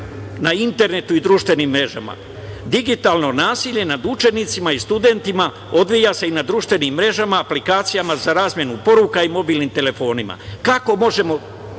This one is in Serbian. na internetu i društvenim mrežama. Digitalno nasilje nad učenicima i studentima odvija se i na društvenim mrežama, aplikacijama za razmenu poruka i mobilnim telefonima. Kako možemo